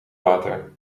water